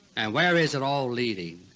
and where is it all leading?